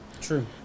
True